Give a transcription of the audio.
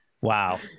Wow